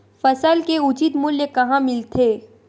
फसल के उचित मूल्य कहां मिलथे?